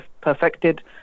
perfected